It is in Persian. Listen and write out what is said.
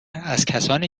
ازکسانی